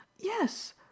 yes